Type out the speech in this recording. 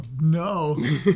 no